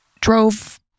drove